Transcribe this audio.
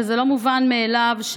וזה לא מובן מאליו,